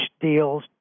deals